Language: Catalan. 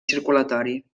circulatori